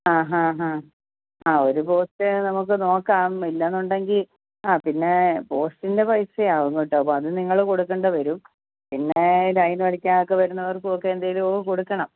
ആ ഹാ ഹാ ആ ഒരു പോസ്റ്റ് നമുക്ക് നോക്കാം ഇല്ല എന്നുണ്ടെങ്കിൽ ആ പിന്നെ പോസ്റ്റിൻ്റെ പൈസ ആവും കേട്ടോ അത് നിങ്ങൾ കൊടുക്കേണ്ടി വരും പിന്നെ ലൈൻ വലിക്കാനൊക്കെ വരുന്നവർക്കും ഒക്കെ എന്തെങ്കിലും ഒക്കെ കൊടുക്കണം